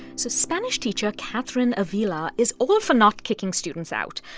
so spanish teacher kathrine avila is all for not kicking students out.